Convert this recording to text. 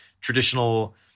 traditional